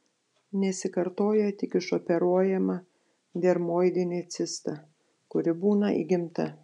nesikartoja tik išoperuojama dermoidinė cista kuri būna įgimta